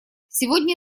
сегодня